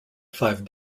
five